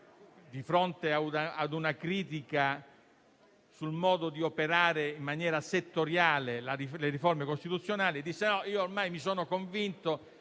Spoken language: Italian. di fronte a una critica sul modo di operare in maniera settoriale le riforme costituzionali, che ormai si era convinto